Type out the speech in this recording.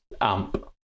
Amp